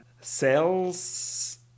cells